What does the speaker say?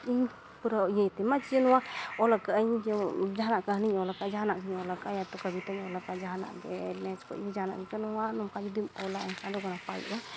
ᱤᱧ ᱯᱩᱨᱟᱹ ᱤᱭᱟᱹᱭ ᱛᱤᱧ ᱢᱟ ᱡᱮ ᱱᱚᱣᱟ ᱚᱞᱟᱠᱟᱜᱼᱟᱹᱧ ᱡᱮ ᱡᱟᱦᱟᱱᱟᱜ ᱠᱟᱹᱦᱱᱤᱧ ᱚᱞᱟᱠᱟᱜᱼᱟ ᱡᱟᱦᱟᱱᱟᱜ ᱜᱤᱧ ᱚᱞᱟᱠᱟᱜᱼᱟ ᱭᱟ ᱛᱚ ᱠᱟᱵᱤᱛᱟ ᱜᱤᱧ ᱚᱞᱟᱠᱟᱜᱼᱟ ᱡᱟᱦᱟᱱᱟᱜ ᱜᱮ ᱢᱮᱪ ᱠᱚ ᱱᱚᱣᱟ ᱱᱚᱝᱠᱟ ᱡᱩᱫᱤᱢ ᱚᱞᱟ ᱮᱱᱠᱷᱟᱱ ᱫᱚ ᱱᱟᱯᱟᱭᱚᱜᱼᱟ